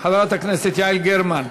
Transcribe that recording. חברת הכנסת יעל גרמן,